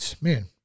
man